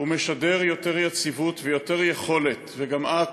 משדר יותר יציבות ויותר יכולת, וגם את,